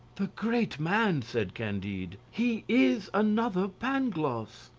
the great man! said candide. he is another pangloss!